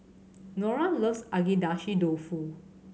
Nora loves Agedashi Dofu